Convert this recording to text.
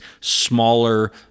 smaller